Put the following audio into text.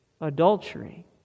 adultery